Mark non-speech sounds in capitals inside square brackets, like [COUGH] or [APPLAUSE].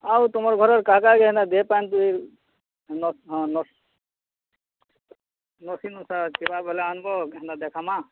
ଆଉ ତୁମର୍ ଘରେ କା କା ଦେହ ପାନ୍ [UNINTELLIGIBLE] ନସି ନୁସା ଥିବା ବେଲେ ଆନ୍ବ ଦେଖାମା ହାଁ